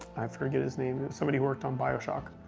i forget his name, somebody who worked on bioshock.